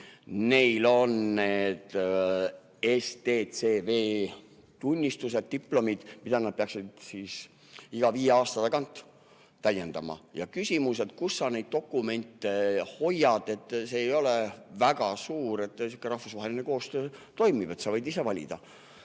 Neil on need STCW‑tunnistused, diplomid, mida nad peaksid iga viie aasta tagant täiendama. Ja küsimus on, kus sa neid dokumente hoiad. See ei ole väga suur ... Sihuke rahvusvaheline koostöö toimib, et sa võid ise valida.